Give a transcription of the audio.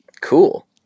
cool